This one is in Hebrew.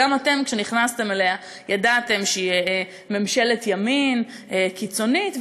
גם אתם כשנכנסתם אליה ידעתם שהיא ממשלת ימין קיצונית,